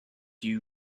you